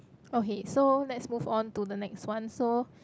okay so let's move on to the next one so